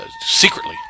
secretly